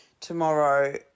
tomorrow